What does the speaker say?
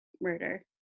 murder